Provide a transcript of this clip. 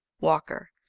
walker,